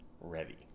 ready